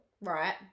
Right